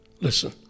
Listen